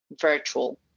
virtual